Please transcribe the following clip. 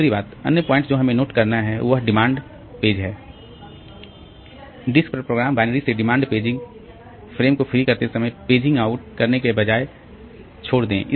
दूसरी बात अन्य प्वाइंट जो हमें नोट करना है वह डिमांड तेज है डिस्क पर प्रोग्राम बाइनरी से डिमांड पेजिंग फ्रेम को फ्री करते समय पेजिंग आउट करने के बजाय छोड़ दें